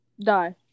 Die